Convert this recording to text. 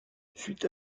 suite